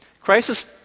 crisis